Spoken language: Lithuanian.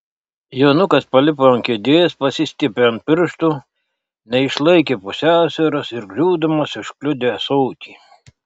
jonukas palipo ant kėdės pasistiepė ant pirštų neišlaikė pusiausvyros ir griūdamas užkliudė ąsotį